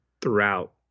throughout